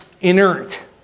inert